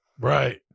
Right